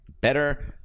better